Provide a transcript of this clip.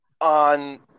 on